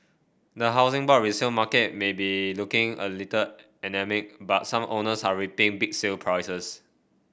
the Housing Board resale market may be looking a little anaemic but some owners are reaping big sale prices